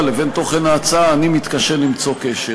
לבין תוכן ההצעה אני מתקשה למצוא קשר,